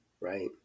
right